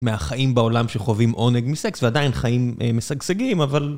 מהחיים בעולם שחווים עונג מסקס ועדיין חיים משגשגים, אבל...